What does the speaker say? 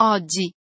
Oggi